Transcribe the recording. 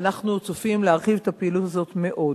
ואנחנו צופים להרחיב את הפעילות הזאת מאוד.